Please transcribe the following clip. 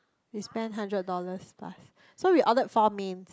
we spend hundred dollars plus so we ordered four mains